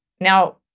Now